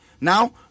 Now